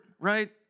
right